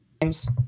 games